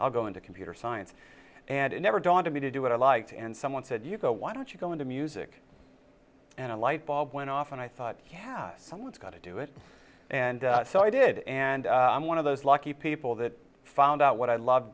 i'll go into computer science and it never dawned on me to do what i liked and someone said you go why don't you go into music and a light bulb went off and i thought have someone's got to do it and so i did and i'm one of those lucky people that found out what i love